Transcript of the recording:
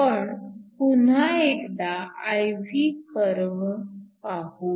आपण पुन्हा एकदा IV कर्व्ह पाहू